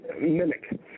mimic